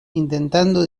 intentando